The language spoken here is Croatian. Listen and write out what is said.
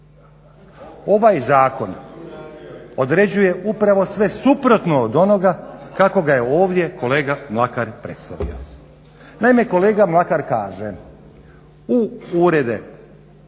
Ovaj zakon određuje upravo sve suprotno od onoga kako ga je ovdje kolega Mlakar predstavio. Naime kolega Mlakar kaže, u urede